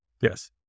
Yes